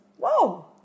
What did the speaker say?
Whoa